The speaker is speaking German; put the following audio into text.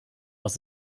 aus